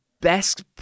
best